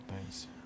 Thanks